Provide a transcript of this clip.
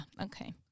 okay